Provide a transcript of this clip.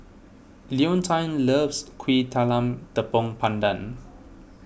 Leontine loves Kuih Talam Tepong Pandan